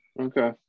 Okay